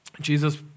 Jesus